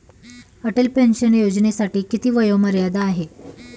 Atal pension योजनेसाठी किती वयोमर्यादा आहे?